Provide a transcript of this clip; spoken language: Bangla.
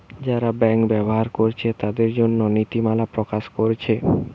যারা ব্যাংক ব্যবহার কোরছে তাদের জন্যে নীতিমালা প্রকাশ কোরছে